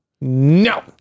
no